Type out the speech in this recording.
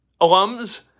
alums